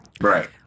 Right